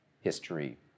history